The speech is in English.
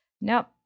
Nope